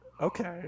Okay